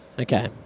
Okay